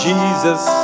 Jesus